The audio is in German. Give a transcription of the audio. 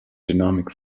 dynamik